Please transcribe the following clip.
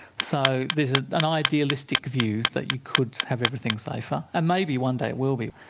so there's ah an idealistic view that you could have everything safer, and maybe one day it will be.